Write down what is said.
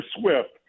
Swift